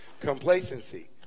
complacency